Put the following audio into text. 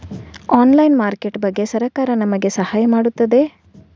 Online market ಬಗ್ಗೆ ಸರಕಾರ ನಮಗೆ ಸಹಾಯ ಮಾಡುತ್ತದೆ?